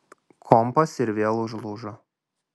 kompas ir vėl užlūžo